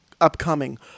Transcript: upcoming